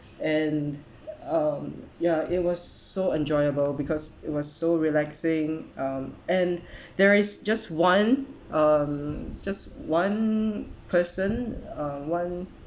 and um ya it was so enjoyable because it was so relaxing um and there is just one um just one person uh one